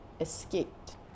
escaped